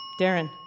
Darren